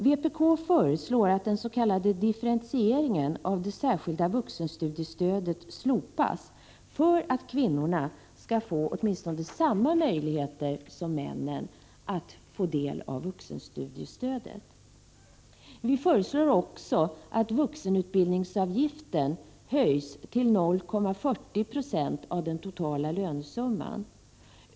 Vpk föreslår att den s.k. differentieringen av det särskilda vuxenstudiestödet slopas, för att kvinnorna skall få åtminstone samma möjligheter som männen att få del av vuxenstudiestödet. Vi föreslår också att vuxenutbildningsavgiften höjs till 0,40 96 av den totala lönesumman.